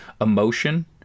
emotion